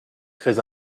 très